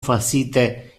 facite